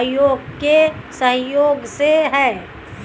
आयोग के सहयोग से है